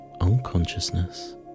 unconsciousness